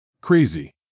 crazy